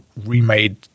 remade